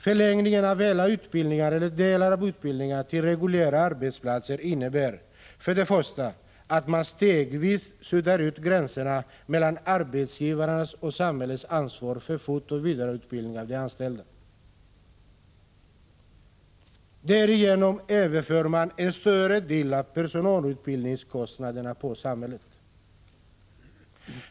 Förläggningen av hela utbildningar eller delar av utbildningar till reguljära arbetsplatser innebär för det första att man stegvis suddar ut gränserna mellan arbetsgivarnas och samhällets ansvar för fortoch vidareutbildning av de anställda. Därigenom överför man en större del av personalutbildningskostnaderna på samhället.